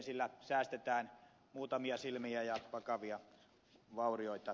sillä säästetään muutamia silmiä ja vakavia vaurioita